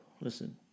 Listen